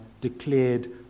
declared